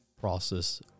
process